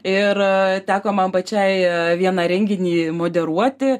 ir teko man pačiai vieną renginį moderuoti